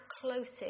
closest